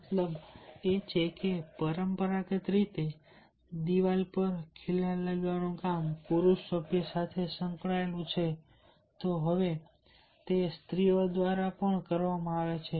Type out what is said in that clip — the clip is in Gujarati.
મતલબ એ છે કે પરંપરાગત રીતે દિવાલ પર ખીલા લગાવવાનું કામ પુરુષ સભ્ય સાથે સંકળાયેલું છે હવે તે સ્ત્રીઓ દ્વારા પણ કરવામાં આવે છે